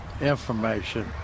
information